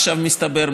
עכשיו מסתבר,